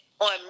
on